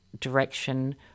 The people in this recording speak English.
direction